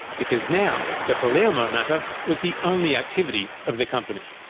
because now the palermo matter was the only activity of the company.